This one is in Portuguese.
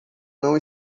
não